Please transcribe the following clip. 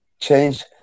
change